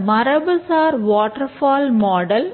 இந்த மரபுசார் waterfall model